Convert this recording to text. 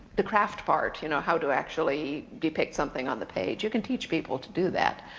the craft part, you know how to actually depict something on the page. you can teach people to do that.